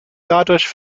dadurch